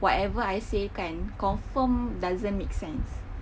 whatever I say kan confirm doesn't make sense